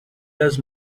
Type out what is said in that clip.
das